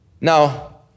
Now